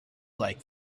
like